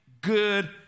good